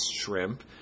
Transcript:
shrimp